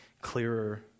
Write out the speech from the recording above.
clearer